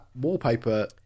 wallpaper